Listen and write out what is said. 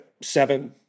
Seven